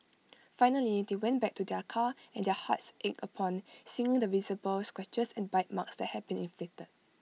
finally they went back to their car and their hearts ached upon seeing the visible scratches and bite marks that had been inflicted